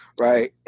Right